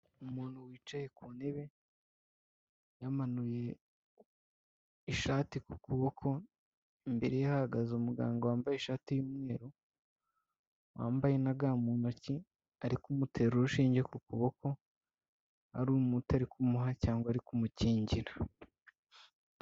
Umuntu wicaye ku ntebe yamanuye ishati ku kuboko, imbere hahagaze umuganga wambaye ishati y'umweru wambaye na ga mu ntoki, ari kumutera urushinge ku kuboko ari umuti ari kumuha cyangwa ari kumukingira.